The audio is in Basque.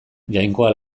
jainkoa